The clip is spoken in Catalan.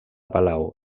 palau